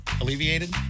alleviated